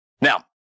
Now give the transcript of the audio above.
Now